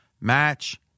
match